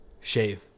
shave